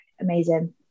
amazing